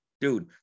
dude